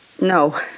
No